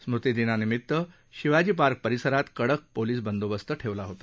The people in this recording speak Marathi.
स्मृतिदिनानिमित्त शिवाजीपार्क परिसरात कडक पोलीस बंदोबस्त ठेवला होता